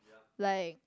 like